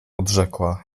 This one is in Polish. odrzekła